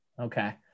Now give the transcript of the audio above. Okay